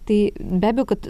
tai be abejo kad